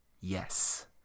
yes